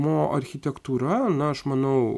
mo architektūra na aš manau